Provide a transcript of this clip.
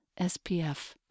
SPF